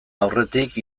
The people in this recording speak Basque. aurretik